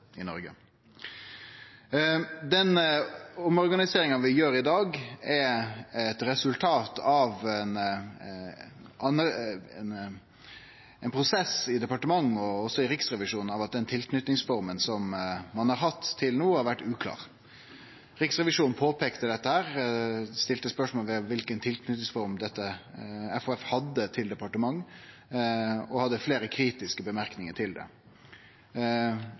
i Noreg. Den omorganiseringa vi gjer i dag, er eit resultat av ein prosess i departementet og også i Riksrevisjonen, for den tilknytingsforma som ein har hatt til no, har vore uklar. Riksrevisjonen påpeikte dette og stilte spørsmål ved kva slags tilknytingsform FHF hadde til departementet, og hadde fleire kritiske merknader til det.